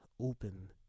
Open